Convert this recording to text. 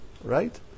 right